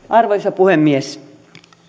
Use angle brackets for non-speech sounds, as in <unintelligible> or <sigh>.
<unintelligible> arvoisa puhemies